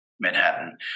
Manhattan